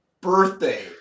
birthday